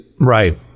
Right